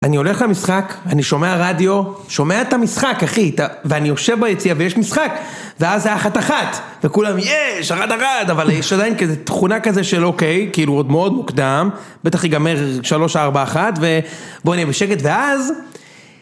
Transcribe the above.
אני הולך למשחק, אני שומע רדיו, שומע את המשחק, אחי, ואני יושב ביציאה ויש משחק ואז היה אחת אחת, וכולם יש, אחת אחת, אבל יש עדיין כזה תכונה כזה של אוקיי, כאילו עוד מאוד מוקדם בטח ייגמר שלוש, ארבע, אחת, ובוא נהיה בשקט, ואז...